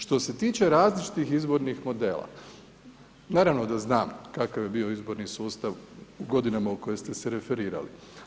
Što se tiče različitih izbornih modela, naravno da znam kakav je bio izborni sustav u godinama u kojoj ste se referirali.